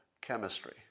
chemistry